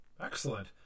Excellent